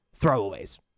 throwaways